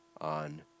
on